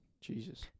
Jesus